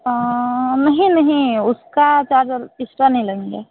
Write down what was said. नहीं नहीं उसका चार्ज इक्सट्रा नहीं लेंगे